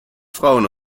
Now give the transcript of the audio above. frauen